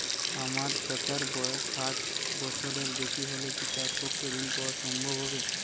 আমার চাচার বয়স ষাট বছরের বেশি হলে কি তার পক্ষে ঋণ পাওয়া সম্ভব হবে?